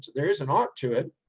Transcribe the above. there is an art to it.